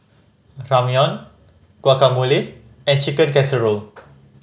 Ramyeon Guacamole and Chicken Casserole